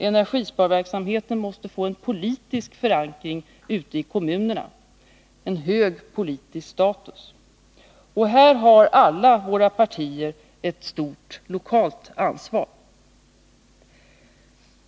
Energisparverksamheten måste få en politisk förankring ute i kommunerna, en hög politisk status. Här har alla våra partier ett stort lokalt ansvar.